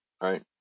Right